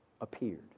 appeared